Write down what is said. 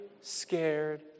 scared